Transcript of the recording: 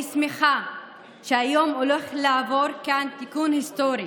אני שמחה שהיום הולך לעבור כאן תיקון היסטורי.